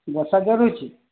ବର୍ଷା ଜୋରରେ ହେଉଛି